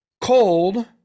Cold